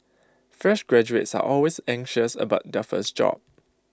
fresh graduates are always anxious about their first job